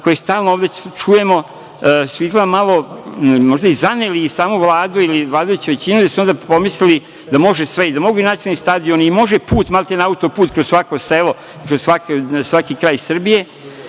koje stalno ovde čujemo su izgleda malo možda i zaneli i samu Vladu ili vladajuću većinu i da su onda pomislili da može sve, da mogu i nacionalni stadioni i da može put, maltene, auto-put kroz svako selo, kroz svaki kraj Srbije,